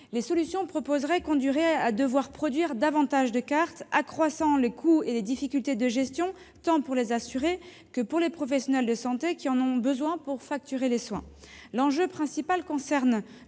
La solution proposée conduirait à produire davantage de cartes, accroissant le coût et les difficultés de gestion tant pour les assurés que pour les professionnels de santé qui en ont besoin pour facturer les soins. Concernant